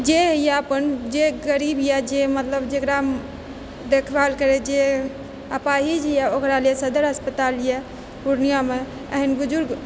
जे होइए अपन मतलब जे गरीब इएह मतलब जकरा देखभाल करै जे अपाहिज यऽ ओकरा लऽ सदर अस्पताल यऽ पुर्णियामे एहन बुजुर्ग